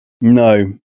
No